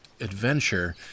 adventure